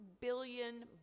billion